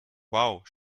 wow